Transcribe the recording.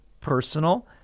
personal